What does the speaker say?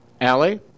Allie